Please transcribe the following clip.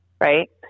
right